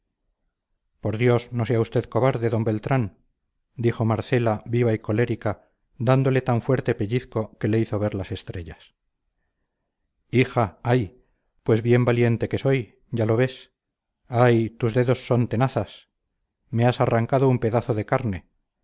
por dios no sea usted cobarde d beltrán dijo marcela viva y colérica dándole tan fuerte pellizco que le hizo ver las estrellas hija ay pues bien valiente que soy ya lo ves ay tus dedos son tenazas me has arrancado un pedazo de carne